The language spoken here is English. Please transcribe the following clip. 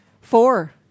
four